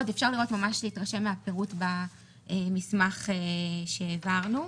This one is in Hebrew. אפשר להתרשם מהפירוט במסמך שהעברנו.